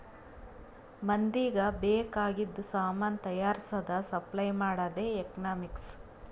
ಮಂದಿಗ್ ಬೇಕ್ ಆಗಿದು ಸಾಮಾನ್ ತೈಯಾರ್ಸದ್, ಸಪ್ಲೈ ಮಾಡದೆ ಎಕನಾಮಿಕ್ಸ್